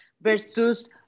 versus